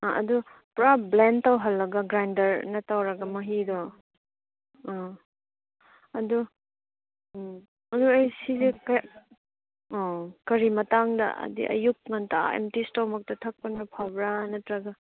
ꯑꯥ ꯑꯗꯨ ꯄꯨꯔꯥ ꯕ꯭ꯂꯦꯟ ꯇꯧꯍꯜꯂꯒ ꯒ꯭ꯔꯥꯏꯟꯗꯔꯅ ꯇꯧꯔꯒ ꯃꯍꯤꯗꯣ ꯑꯥ ꯑꯗꯨ ꯎꯝ ꯑꯗꯨ ꯑꯩ ꯁꯤꯁꯦ ꯑꯥ ꯀꯔꯤ ꯃꯇꯥꯡꯗ ꯍꯥꯏꯗꯤ ꯑꯌꯨꯛ ꯉꯟꯇꯥ ꯑꯦꯝꯇꯤ ꯏꯁꯇꯣꯃꯛꯇ ꯊꯛꯄꯅ ꯐꯕ꯭ꯔꯥ ꯅꯠꯇ꯭ꯔꯒ